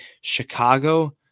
Chicago